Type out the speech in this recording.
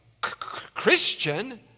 Christian